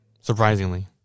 surprisingly